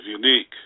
unique